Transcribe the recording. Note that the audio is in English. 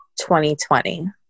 2020